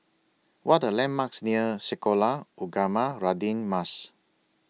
What Are The landmarks near Sekolah Ugama Radin Mas